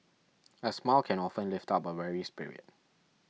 a smile can often lift up a weary spirit